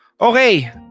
Okay